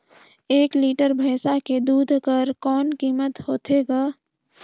एक लीटर भैंसा के दूध कर कौन कीमत होथे ग?